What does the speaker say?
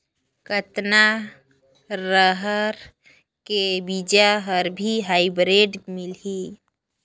कतना रहर के बीजा हर भी हाईब्रिड मिलही?